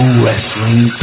wrestling